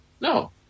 No